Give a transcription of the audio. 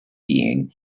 being